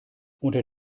unter